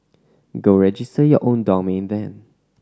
go register your own domain then